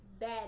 bad